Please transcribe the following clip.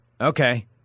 okay